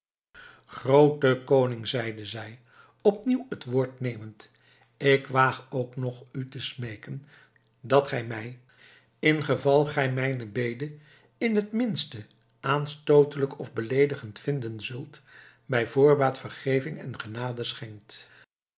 groote koning zeide zij opnieuw het woord nemend ik waag ook nog u te smeeken dat gij mij in geval gij mijn bede in t minste aanstootelijk of beleedigend vinden zult bij voorbaat vergeving en genade schenkt